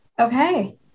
okay